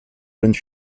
jeune